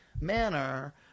manner